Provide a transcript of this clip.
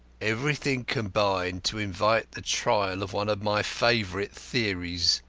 everything combined to invite the trial of one of my favourite theories